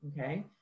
okay